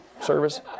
service